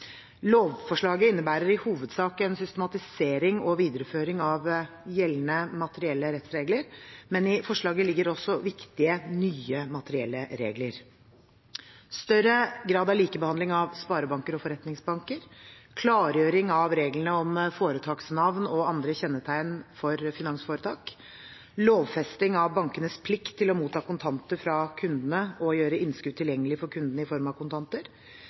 Lovforslaget innebærer i hovedsak en systematisering og en videreføring av gjeldende materielle rettsregler, men i forslaget ligger det også viktige nye materielle regler, som gir større grad av likebehandling av sparebanker og forretningsbanker klargjør reglene om foretaksnavn og andre kjennetegn for finansforetak lovfester bankenes plikt til å motta kontanter fra kundene og gjøre innskudd tilgjengelig for kundene i form av kontanter